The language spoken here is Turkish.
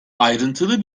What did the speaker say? ayrıntılı